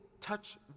touch